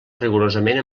rigorosament